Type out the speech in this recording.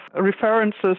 references